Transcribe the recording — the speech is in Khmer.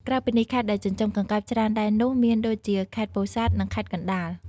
ក្រៅពីនេះ ខេត្តដែលចិញ្ចឹមកង្កែបច្រើនដែរនោះមានដូចជា ខេត្តពោធិ៍សាត់ និង ខេត្តកណ្ដាល។